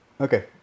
okay